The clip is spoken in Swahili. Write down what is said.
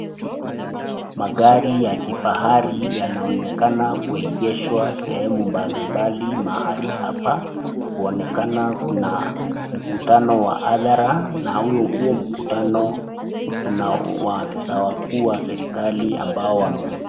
Magari ya kifahari yanaonekana kuegeshwa sehemu mbali mbali mahali hapa, kuonekana kuna mkutana wa hadhara na huo mkutano kuna maafisaa wakuu wa serikali amehudhulia.